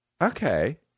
Okay